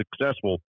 successful